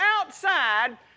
outside